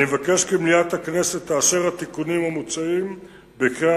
אני מבקש כי מליאת הכנסת תאשר את התיקונים המוצעים בקריאה